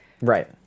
Right